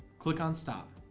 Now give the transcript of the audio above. click on stop,